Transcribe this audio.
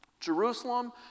Jerusalem